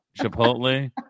Chipotle